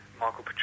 Michael